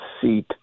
seat